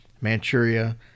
Manchuria